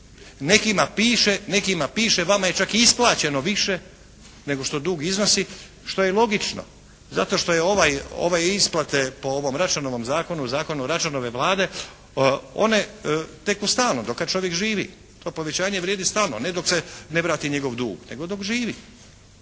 je nula. Nekima piše vama je čak i isplaćeno više nego što dug iznosi što je i logično zato što su ove isplate po ovom Račanovom zakonu, zakonu Račanove Vlade one teku stalno do kada čovjek živi. To povećavanje vrijedi stalno a ne dok se ne vrati njegov dug, nego dok živi.